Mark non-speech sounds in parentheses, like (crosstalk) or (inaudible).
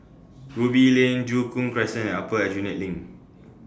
(noise) Ruby Lane Joo Koon Crescent and Upper Aljunied LINK